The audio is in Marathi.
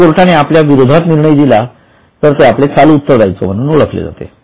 जर कोर्टाने आपल्या विरोधात निर्णय दिला तर ते आपले चालू उत्तर दायित्व म्हणून ओळखले जाते